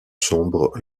sombres